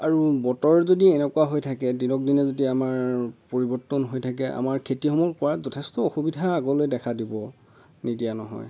আৰু বতৰ যদি এনেকুৱা হৈ থাকে দিনক দিনে যদি আমাৰ পৰিবৰ্তন হৈ থাকে আমাৰ খেতিসমূহ কৰাত যথেষ্ট অসুবিধা আগলৈ দেখা দিব নিদিয়া নহয়